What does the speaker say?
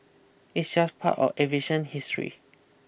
it's just part of aviation history